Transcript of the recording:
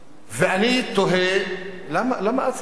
ואני תוהה, למה אצה לו הדרך?